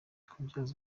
kubyaza